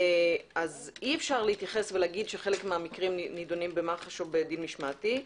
אי אפשר לומר שחלק מהמקרים נידונים במח"ש או בדין משמעתי.